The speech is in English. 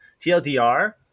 TLDR